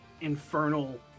infernal